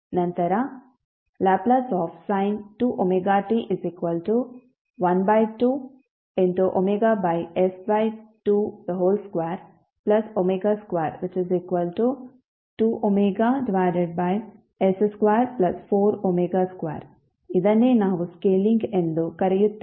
ನಂತರ Lsin 2ωt12s2222ωs242 ಇದನ್ನೇ ನಾವು ಸ್ಕೇಲಿಂಗ್ ಎಂದು ಕರೆಯುತ್ತೇವೆ